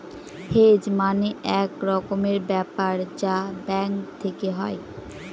hedge মানে এক রকমের ব্যাপার যা ব্যাঙ্ক থেকে হয়